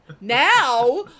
now